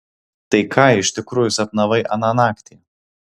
tai ką iš tikrųjų sapnavai aną naktį